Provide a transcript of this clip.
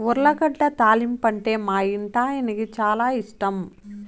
ఉర్లగడ్డ తాలింపంటే మా ఇంటాయనకి చాలా ఇష్టం